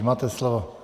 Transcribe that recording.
Máte slovo.